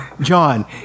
John